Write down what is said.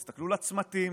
תסתכלו על הצמתים,